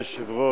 אדוני היושב-ראש,